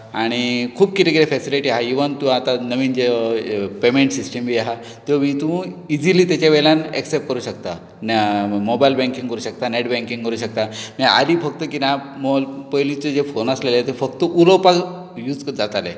आनी खूब कितें कितें फॅसिलिटी आहा इवन तूं आतां नवीन जें पेमेंट सिस्टम बी आहा त्या इतून इजिली तेजे वयल्यान एक्सॅप्ट करूंक शकता मोबायल बँकींग करूंक शकता नॅट बँकींग करूंक शकता आदीं फकत कितें आहा पयलीं तुजे फोन आसले ते फकत उलोवपाक यूज जाताले